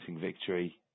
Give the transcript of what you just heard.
victory